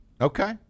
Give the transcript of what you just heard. Okay